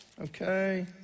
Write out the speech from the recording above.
Okay